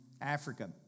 Africa